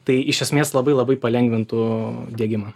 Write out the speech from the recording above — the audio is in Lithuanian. tai iš esmės labai labai palengvintų diegimą